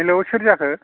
hello सोर जाखो